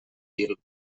fil